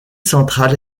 centrale